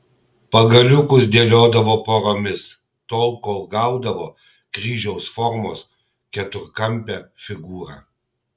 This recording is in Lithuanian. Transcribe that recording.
pagaliukus dėliodavo poromis tol kol gaudavo kryžiaus formos keturkampę figūrą